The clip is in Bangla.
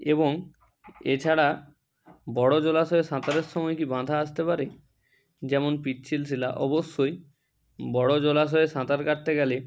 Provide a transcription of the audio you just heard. এবং এছাড়া বড় জলাশয়ে সাঁতারের সময় কি বাধা আসতে পারে যেমন পিচ্ছিল শিলা অবশ্যই বড় জলাশয়ে সাঁতার কাটতে গেলে